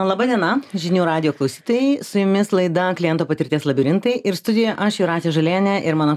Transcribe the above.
laba diena žinių radijo klausytojai su jumis laida kliento patirties labirintai ir studijo aš jūratė žalienė ir mano